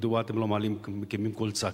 מדוע אתם לא מקימים קול צעקה?